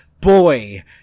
Boy